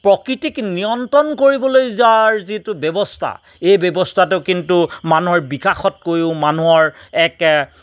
প্ৰকৃতিক নিয়ন্ত্ৰণ কৰিবলৈ যাৰ যিটো ব্যৱস্থা এই ব্যৱস্থাটো কিন্তু মানুহৰ বিকাশতকৈয়ো মানুহৰ এক